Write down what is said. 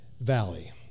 Valley